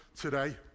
today